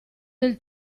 del